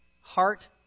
heart